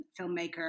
filmmaker